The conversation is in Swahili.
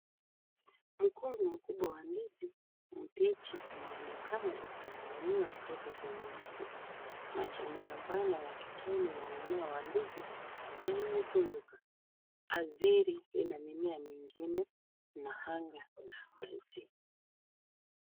Mkungu mkubwa wa ndizi mbichi unaonekana ukining'inia kutoka kwenye mti. Majani mapana ya kijani ya mmea wa ndizi yamemsunduka. aziri ina mimea mengine na hanga la wazi.